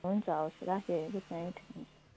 हुन्छ हवस् राखेँ है गुड नाइट